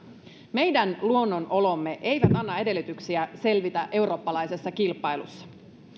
meidän luonnonolomme eivät anna edellytyksiä selvitä eurooppalaisessa kilpailussa